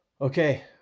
Okay